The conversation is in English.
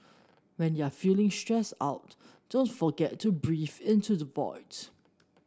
when you are feeling stressed out don't forget to breathe into the void